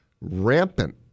rampant